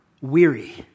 weary